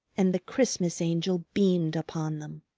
and the christmas angel beamed upon them.